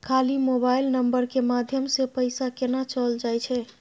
खाली mobile number के माध्यम से पैसा केना चल जायछै?